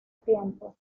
tiempo